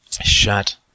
Shut